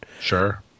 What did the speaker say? Sure